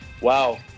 Wow